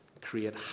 create